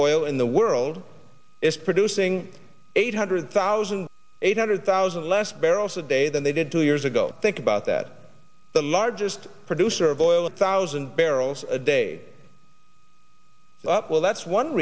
oil in the world is producing eight hundred thousand eight hundred thousand less barrels a day than they did two years ago think about that the largest producer of oil a thousand barrels a day up well that's one